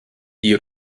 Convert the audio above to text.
die